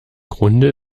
grunde